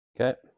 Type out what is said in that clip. Okay